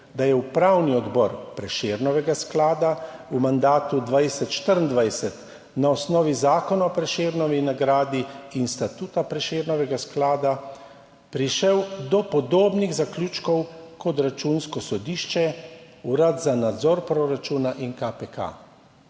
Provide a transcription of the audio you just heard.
da je Upravni odbor Prešernovega sklada v mandatu 2020-2024 na osnovi zakona o Prešernovi nagradi in statuta Prešernovega sklada prišel do podobnih zaključkov kot Računsko sodišče, Urad za nadzor proračuna in KPK.